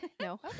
No